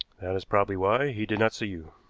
that is probably why he did not see you.